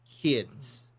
kids